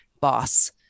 boss